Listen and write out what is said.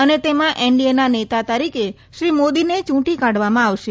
અને તેમાં એનડીએના નેતા તરીકે શ્રી મોદીને ચ્રૂંટી કાઢવામાં આવશે